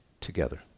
together